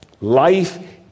Life